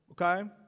Okay